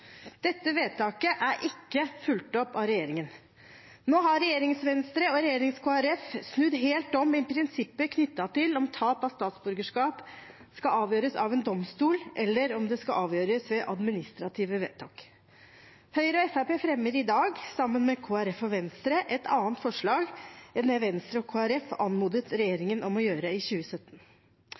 Dette vedtaket er ikke fulgt opp av regjeringen. Nå har regjerings-Venstre og regjerings-KrF snudd helt om i prinsippet knyttet til om tap av statsborgerskap skal avgjøres av en domstol, eller om det skal avgjøres ved administrative vedtak. Høyre og Fremskrittspartiet fremmer i dag, sammen med Kristelig Folkeparti og Venstre, et annet forslag enn det Venstre og Kristelig Folkeparti anmodet regjeringen om å gjøre i 2017.